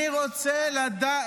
אני רוצה לדעת.